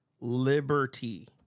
Liberty